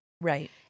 Right